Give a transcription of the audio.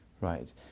Right